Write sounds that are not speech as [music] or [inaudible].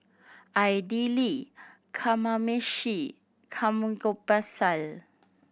Idili Kamameshi [unintelligible]